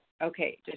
okay